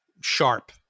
sharp